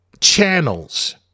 channels